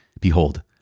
Behold